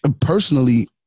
personally